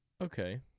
Okay